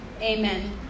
amen